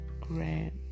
grant